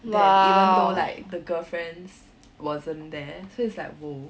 then even though like the girlfriends wasn't there so it's like !whoa!